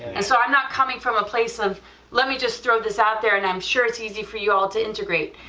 and so i'm not coming from a place of let me just throw this out there, and i'm sure it's easy for you all to integrate,